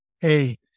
hey